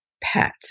Pet